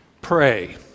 Pray